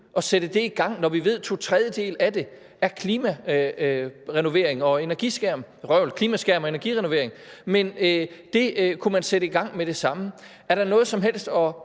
at sætte det i gang, når vi ved, at to tredjedele af det er klimaskærm og energirenovering? Det kunne man sætte i gang med det samme. Er der noget som helst at